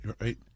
right